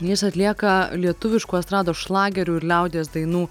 jis atlieka lietuviškų estrados šlagerių ir liaudies dainų